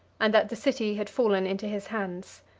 and that the city had fallen into his hands.